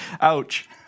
Ouch